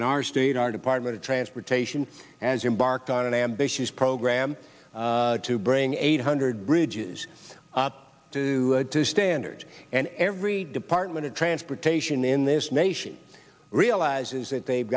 in our state our department of transportation as embarked on an ambitious program to bring eight hundred bridges to standard and every department of transportation in this nation realizes that they've